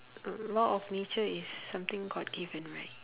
law of nature is something god given right